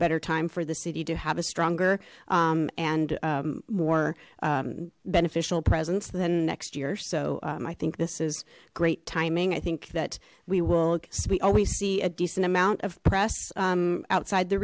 better time for the city to have a stronger and more beneficial presence then next year so i think this is great timing i think that we will we always see a decent amount of press outside the